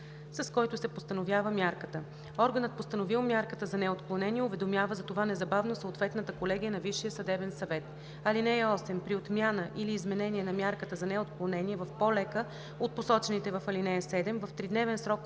с който се постановява мярката. Органът, постановил мярката за неотклонение, уведомява за това незабавно съответната колегия на Висшия съдебен съвет. (8) При отмяна или изменение на мярката за неотклонение в по-лека от посочените в ал. 7, в тридневен срок